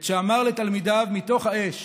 את שאמר לתלמידיו מתוך האש